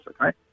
right